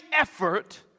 effort